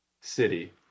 city